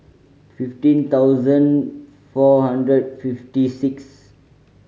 fifteen thousand four hundred fifty six